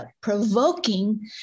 provoking